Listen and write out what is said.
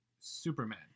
Superman